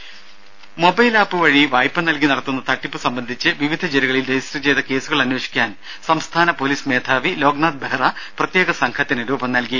രംഭ mobile app വഴി വായ്പ നൽകി നടത്തുന്ന തട്ടിപ്പ് സംബന്ധിച്ച് വിവിധ ജില്ലകളിൽ രജിസ്റ്റർ ചെയ്ത കേസുകൾ അന്വേഷിക്കാൻ സംസ്ഥാന പൊലീസ് മേധാവി ലോക്നാഥ് ബെഹ്റ പ്രത്യേക സംഘത്തിന് രൂപം നൽകി